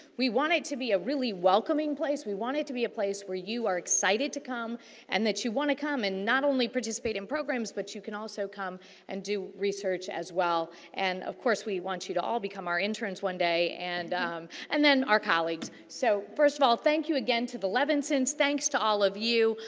we want it to be a really welcoming place. we want it to be a place where you are excited to come and that you want to come and not only participate in programs but you can also come and do research as well. and, of course, we want you to all become our interns one day and and then our colleagues. so first of all thank you again to the levinsons thanks to all of you,